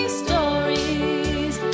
stories